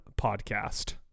podcast